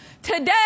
Today